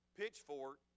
pitchfork